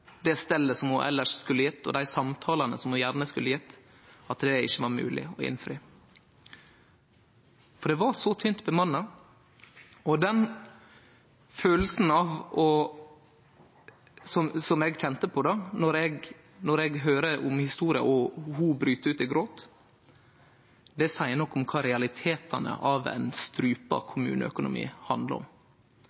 det stellet som ho elles skulle gjeve, og dei samtalene som ho gjerne skulle hatt, ikkje var moglege å innfri. Dei var så tynt bemanna. Den følelsen som eg kjende på då eg høyrde historia og ho braut ut i gråt, seier noko om kva realitetane av ein